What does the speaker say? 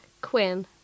Quinn